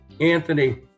Anthony